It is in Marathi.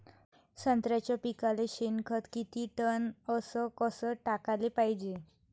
संत्र्याच्या पिकाले शेनखत किती टन अस कस टाकाले पायजे?